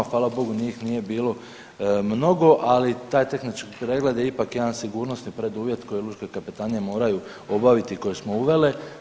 Hvala Bogu njih nije bilo mnogo, ali taj tehnički pregled je ipak jedan sigurnosni preduvjet koji lučke kapetanije moraju obaviti i koji smo uveli.